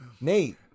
Nate